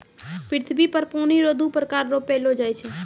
पृथ्वी पर पानी रो दु प्रकार रो पैलो जाय छै